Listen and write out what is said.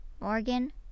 Morgan